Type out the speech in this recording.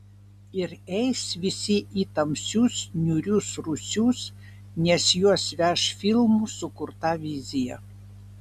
ir eis visi į tamsius niūrius rūsius nes juos veš filmų sukurta vizija